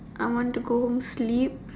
I want to go home sleep